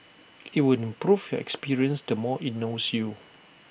IT will improve your experience the more IT knows you